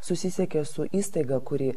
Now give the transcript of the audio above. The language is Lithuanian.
susisiekė su įstaiga kuri